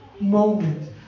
moment